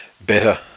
better